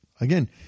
again